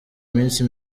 minsi